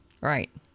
Right